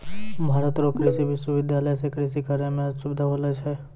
भारत रो कृषि विश्वबिद्यालय से कृषि करै मह सुबिधा होलो छै